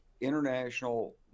international